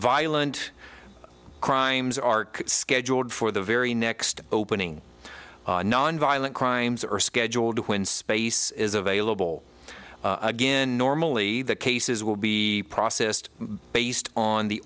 violent crimes are scheduled for the very next opening nonviolent crimes are scheduled when space is available again normally the cases will be processed based on the